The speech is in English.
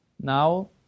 now